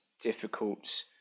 difficult